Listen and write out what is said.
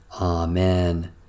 Amen